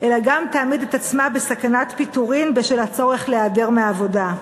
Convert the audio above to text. אלא גם תעמיד את עצמה בסכנת פיטורין בשל הצורך להיעדר מהעבודה.